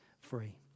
free